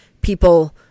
people